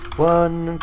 one